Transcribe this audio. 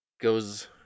goes